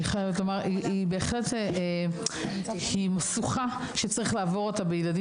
שהיא משוכה שצריך לעבור אותה בילדים